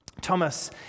Thomas